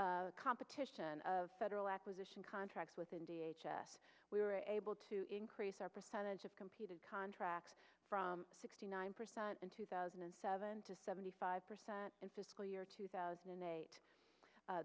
in competition of federal acquisition contracts with india we were able to increase our percentage of competed contracts from sixty nine percent in two thousand and seven to seventy five percent in fiscal year two thousand and eight